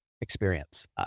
experience